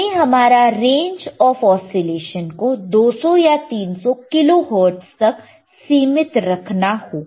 हमें हमारा range of oscillation को 200 या 300 किलो हर्ट्ज़ तक सीमित रखना होगा